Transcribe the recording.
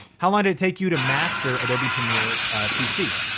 how long did it take you to master adobe premiere cc?